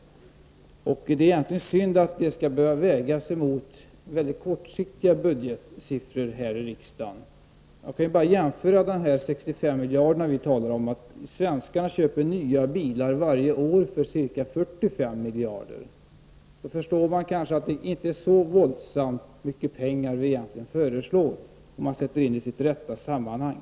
Det är synd att detta skall behöva vägas emot väldigt kortsiktiga budgetsiffror här i riksdagen. Man behöver bara jämföra dessa 65 miljarder med att svenskarna köper nya bilar varje år för ca 45 miljarder. Då förstår man kanske att det inte är så våldsamt stora pengar vi föreslår, om man sätter in dem i sitt rätta sammanhang.